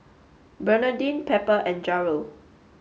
Bernardine Pepper and Jarrell